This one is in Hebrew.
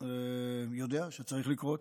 יודע שצריך לקרות.